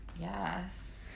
yes